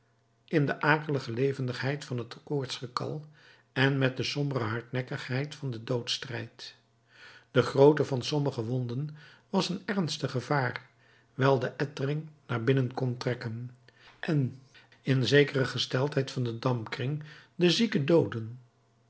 in de akelige levendigheid van het koortsgekal en met de sombere hardnekkigheid van den doodsstrijd de grootte van sommige wonden was een ernstig gevaar wijl de ettering naar binnen kon trekken en in zekere gesteldheid van den dampkring den zieke dooden